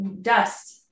dust